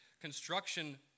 construction